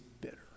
bitter